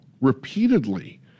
Repeatedly